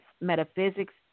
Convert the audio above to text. metaphysics